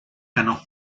canó